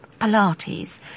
Pilates